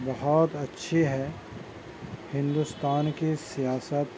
بہت اچھی ہے ہندوستان کی سیاست